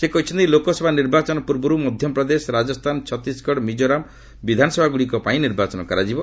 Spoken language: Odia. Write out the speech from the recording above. ସେ କହିଛନ୍ତି ଲୋକସଭା ନିର୍ବାଚନ ପୂର୍ବରୁ ମଧ୍ୟପ୍ରଦେଶ ରାଜସ୍ଥାନ ଛତିଶଗଡ଼ ମିଜୋରାମ ବିଧାନସଭାଗୁଡ଼ିକ ପାଇଁ ନିର୍ବାଚନ କରାଯିବ